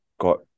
got